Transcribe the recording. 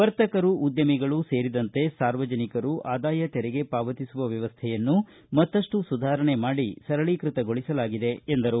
ವರ್ತಕರು ಉದ್ಯಮಿಗಳು ಸೇರಿದಂತೆ ಸಾರ್ವಜನಿಕರು ಆದಾಯ ತೆರಿಗೆ ಪಾವತಿಸುವ ವ್ಯವಸ್ಥೆಯನ್ನು ಮತ್ತಷ್ಟು ಸುಧಾರಣೆ ಮಾಡಿ ಸರಳೀಕ್ಸತಗೊಳಿಸಲಾಗಿದೆ ಎಂದರು